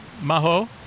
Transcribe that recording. Maho